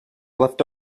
left